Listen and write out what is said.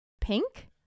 Pink